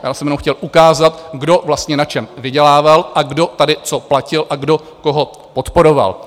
Já jsem jenom chtěl ukázat, kdo vlastně na čem vydělával, kdo tady co platil a kdo koho podporoval.